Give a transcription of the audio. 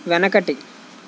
వెనకటి